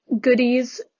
goodies